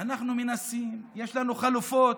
אנחנו מנסים, יש לנו חלופות,